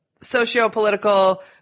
socio-political